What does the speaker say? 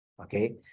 Okay